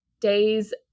days